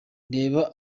reba